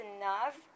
enough